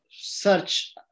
search